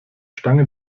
stange